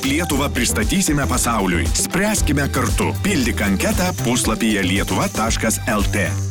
lietuvą pristatysime pasauliui spręskime kartu pildyk anketą puslapyje lietuva taškas lt